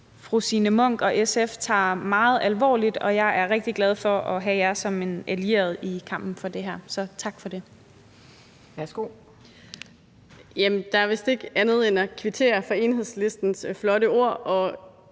fru Signe Munk og SF tager meget alvorligt, og jeg er rigtig glad for at have jer som en allieret i kampen for det her. Så tak for det.